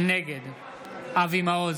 נגד אבי מעוז,